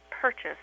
purchase